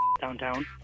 downtown